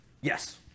yes